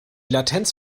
latenz